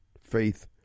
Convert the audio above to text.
Faith